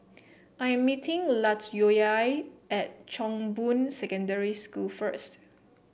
I am meeting Latoyia at Chong Boon Secondary School first